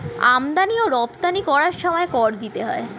আমদানি ও রপ্তানি করার সময় কর দিতে হয়